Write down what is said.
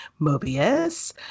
Mobius